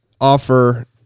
offer